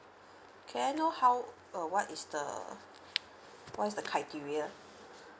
can I know how uh what is the what is the criteria